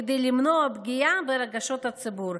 כדי למנוע פגיעה ברגשות הציבור,